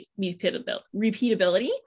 repeatability